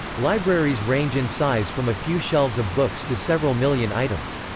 libraries range in size from a few shelves of books to several million items.